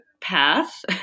path